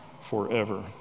forever